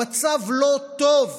המצב לא טוב,